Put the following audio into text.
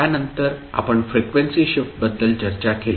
त्यानंतर आपण frequency shift बद्दल चर्चा केली